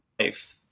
life